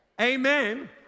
Amen